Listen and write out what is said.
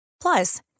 Plus